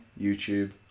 YouTube